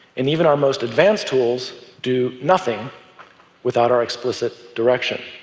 and even our most advanced tools do nothing without our explicit direction.